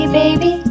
baby